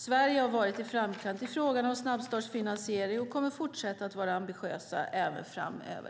Sverige har varit i framkant i frågan om snabbstartsfinansiering och kommer att fortsätta att vara ambitiösa även framöver.